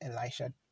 Elisha